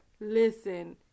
listen